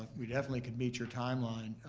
we definitely could meet your timeline.